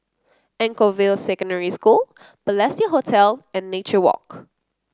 Anchorvale Secondary School Balestier Hotel and Nature Walk